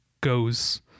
goes